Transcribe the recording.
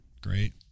great